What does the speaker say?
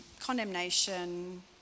condemnation